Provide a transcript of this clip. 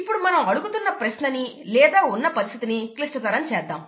ఇప్పుడు మనం అడుగుతున్న ప్రశ్నని లేదా ఉన్న పరిస్థితిని క్లిష్టతరం చేద్దాం